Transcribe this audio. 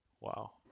Wow